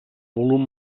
volum